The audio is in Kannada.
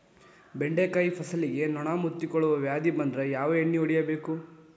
ಬೆಂಡೆಕಾಯ ಫಸಲಿಗೆ ನೊಣ ಮುತ್ತಿಕೊಳ್ಳುವ ವ್ಯಾಧಿ ಬಂದ್ರ ಯಾವ ಎಣ್ಣಿ ಹೊಡಿಯಬೇಕು?